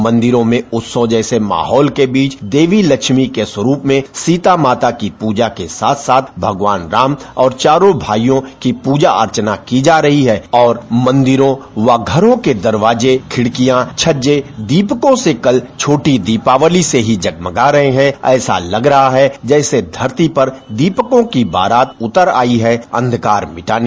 मंदिरों में उत्सव जैसे माहौल के बीच देवी लेक्ष्मी के स्वरूप में सीता माता की प्रजा के साथ साथ भगवान राम और चारो भाइयों की प्रजा अर्चना की जा रही है और मंदिरों व घरो के दरवाजे खिड़कियाँ छज्जे दीपकों से कल छोटी दीपावली से ही जगमगा रहे हैं ऐसा लग रहा है जैसे धरती पर दीपको की बारात उतर आयी है अंधकार मिटाने